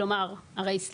כלומר, הרי, סליקה,